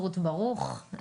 רות ברוך,